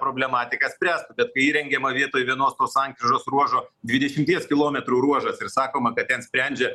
problematiką spręstų bet kai įrengiama vietoj vienos sankryžos ruožo dvidešimties kilometrų ruožas ir sakoma kad ten sprendžia